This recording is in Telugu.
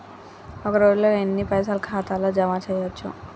ఒక రోజుల ఎన్ని పైసల్ ఖాతా ల జమ చేయచ్చు?